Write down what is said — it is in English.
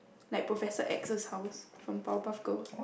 like Professor X's house from Power Puff Girls